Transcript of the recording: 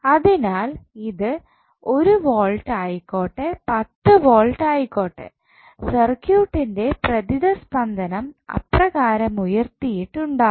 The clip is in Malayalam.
അതിനാൽ ഇത് 1 വോൾട് ആയിക്കോട്ടെ 10 വോൾട് ആയിക്കോട്ടെ സർക്യൂട്ടിൻ്റെ പ്രതിതസ്പന്ദനം അപ്രകാരം ഉയർത്തിയിട്ട് ഉണ്ടാകും